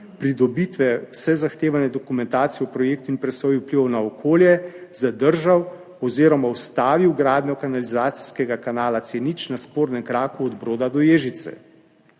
pridobitve vse zahtevane dokumentacije o projektu in presoji vplivov na okolje zadržalo oziroma ustavilo gradnjo kanalizacijskega kanala C0 na spornem kraku od Broda do Ježice.«